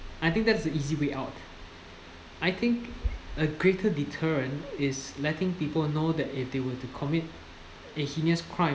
I think that's the easy way out I think a greater deterrent is letting people know that if they were to commit a heinous crime